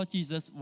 Jesus